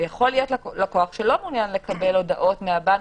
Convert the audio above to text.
ויכול להיות לקוח שלא מעוניין לקבל הודעות מהבנק,